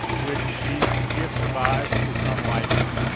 would she she have survived? it's unlikely.